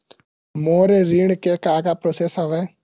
मोर ऋण के का का प्रोसेस हवय?